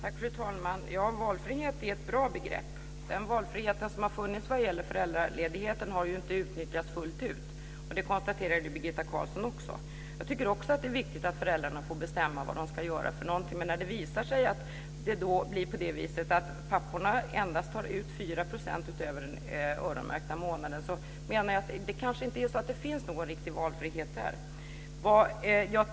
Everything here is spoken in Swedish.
Fru talman! Valfrihet är ett bra begrepp. Den valfrihet som har funnits när det gäller föräldraledigheten har ju inte utnyttjats fullt ut, och det konstaterade Birgitta Carlsson också. Jag tycker också att det är viktigt att föräldrarna får bestämma vad de ska göra. Men när det visar sig att papporna tar ut endast 4 % utöver den öronmärkta månaden så menar jag att det kanske inte finns någon riktig valfrihet i fråga om detta.